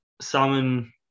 Salmon